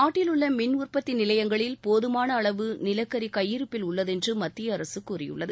நாட்டிலுள்ள மின் உற்பத்தி நிலையங்களில் போதமான அளவு நிலக்கரி கையிருப்பில் உள்ளது என்று மத்திய அரசு கூறியுள்ளது